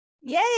Yay